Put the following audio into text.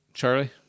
Charlie